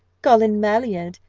colin maillard,